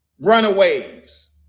Runaways